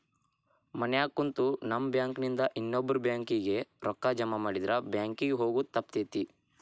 ಮನ್ಯಾಗ ಕುಂತು ನಮ್ ಬ್ಯಾಂಕ್ ನಿಂದಾ ಇನ್ನೊಬ್ಬ್ರ ಬ್ಯಾಂಕ್ ಕಿಗೆ ರೂಕ್ಕಾ ಜಮಾಮಾಡಿದ್ರ ಬ್ಯಾಂಕ್ ಕಿಗೆ ಹೊಗೊದ್ ತಪ್ತೆತಿ